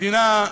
מדינה,